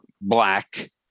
Black